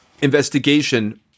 investigation